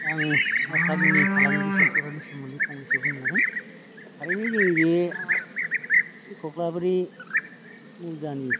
आं आसामनि फालांगि सेक्टरारि सोमोन्दै फंनैसो बुंनो लादों थारैनो जोंनि बे कख्लाबारि मौजानि